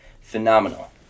phenomenal